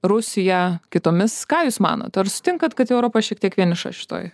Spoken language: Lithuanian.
rusija kitomis ką jūs manot ar sutinkat kad europa šiek tiek vieniša šitoj